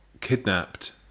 kidnapped